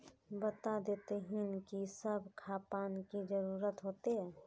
बता देतहिन की सब खापान की जरूरत होते?